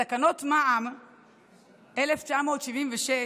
בתקנות מס ערך מוסף,